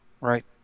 Right